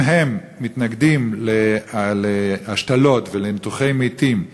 אם הם מתנגדים להשתלות ולניתוחי מתים,